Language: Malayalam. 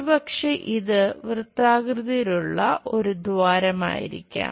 ഒരുപക്ഷേ ഇത് വൃത്താകൃതിയിലുള്ള ഒരു ദ്വാരമായിരിക്കാം